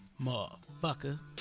Motherfucker